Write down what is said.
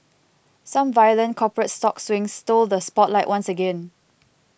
some violent corporate stock swings stole the spotlight once again